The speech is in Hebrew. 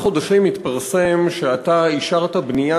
התפרסם שאתה אישרת בארבעה חודשים בנייה